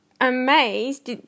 amazed